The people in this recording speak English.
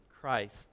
Christ